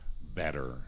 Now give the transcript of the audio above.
better